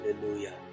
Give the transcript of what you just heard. Hallelujah